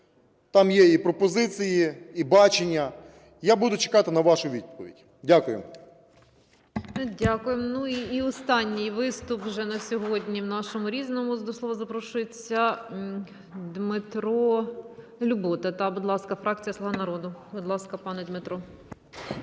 там є і пропозиції, і бачення. Я буду чекати на вашу відповідь. Дякую. ГОЛОВУЮЧА. Дякую. І останній виступ вже на сьогодні в нашому "Різному". До слова запрошується Дмитро Любота, будь ласка, фракція "Слуга народу". Будь ласка, пане Дмитро.